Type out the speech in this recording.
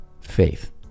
Faith